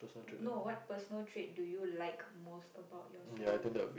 no what personal trait do you like most about yourself